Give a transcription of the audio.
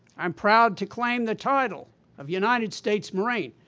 i'm proud to claim the title of united states marine.